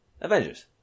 Avengers